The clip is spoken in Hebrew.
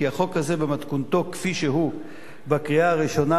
כי החוק הזה במתכונתו כפי שהוא בקריאה הראשונה,